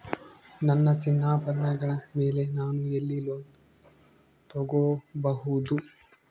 ನನ್ನ ಚಿನ್ನಾಭರಣಗಳ ಮೇಲೆ ನಾನು ಎಲ್ಲಿ ಲೋನ್ ತೊಗೊಬಹುದು?